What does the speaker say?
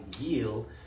yield